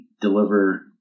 deliver